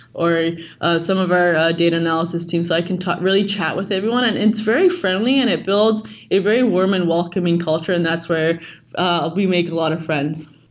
or some of our data analysis team. so i can really chat with everyone, and it's very friendly and it builds a very warm and welcoming culture and that's where i'll be making a lot of friends.